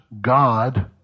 god